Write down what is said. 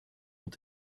ont